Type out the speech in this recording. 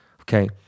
Okay